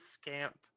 scamp